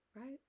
right